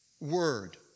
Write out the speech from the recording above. word